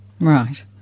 Right